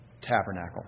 tabernacle